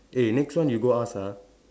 eh next one you go ask ah